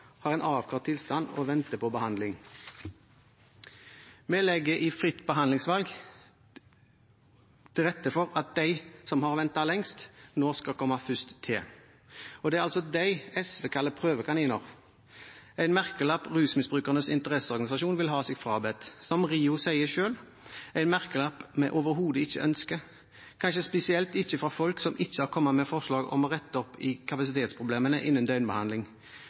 har en avklart tilstand og venter på behandling. Vi legger i fritt behandlingsvalg til rette for at de som har ventet lengst, nå skal komme først til. Det er altså dem SV kaller prøvekaniner – en merkelapp Rusmisbrukernes Interesseorganisasjon vil ha seg frabedt. Som RIO sier selv: en merkelapp vi overhodet ikke ønsker – kanskje spesielt ikke fra folk som ikke har kommet med forslag om å rette opp kapasitetsproblemene innen døgnbehandling.